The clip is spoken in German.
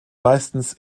meistens